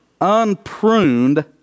unpruned